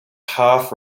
half